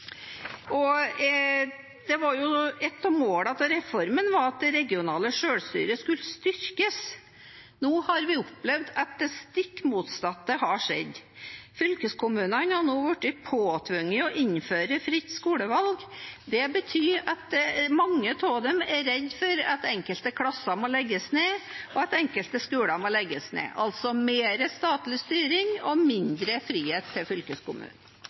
Et av målene med reformen var at det regionale sjølstyret skulle styrkes. Nå har vi opplevd at det stikk motsatte har skjedd. Fylkeskommunene har nå blitt påtvunget å innføre fritt skolevalg. Det betyr at mange av dem er redd for at enkelte klasser må legges ned, og at enkelte skoler må legges ned – altså mer statlig styring og mindre frihet til fylkeskommunen.